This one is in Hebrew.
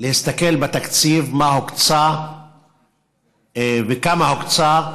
להסתכל בתקציב מה הוקצה וכמה הוקצה,